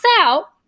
out